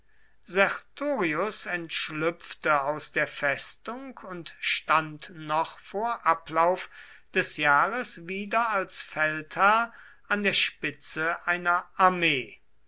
sertorius entschlüpfte aus der festung und stand noch vor ablauf des jahres wieder als feldherr an der spitze einer armee